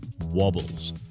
wobbles